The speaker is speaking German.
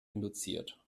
induziert